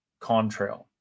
contrail